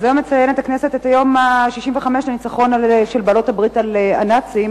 היום הכנסת מציינת 65 שנה לניצחון של בעלות-הברית על הנאצים,